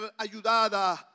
ayudada